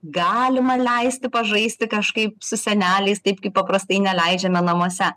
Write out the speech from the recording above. galima leisti pažaisti kažkaip su seneliais taip kaip paprastai neleidžiame namuose